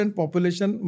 population